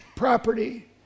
property